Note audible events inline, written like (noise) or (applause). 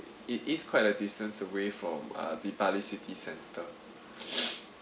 it is quite a distance away from uh the bali city center (breath)